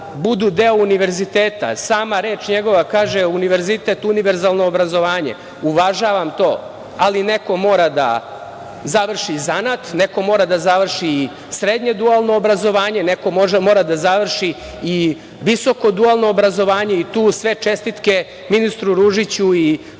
budu deo univerziteta. Sama reč njegova kaže - univerzitet, univerzalno obrazovanje. Uvažavam to, ali neko mora da završi zanat, neko mora da završi i srednje dualno obrazovanje, neko mora da završi i visoko dualno obrazovanje i tu sve čestitke ministru Ružiću i celokupnom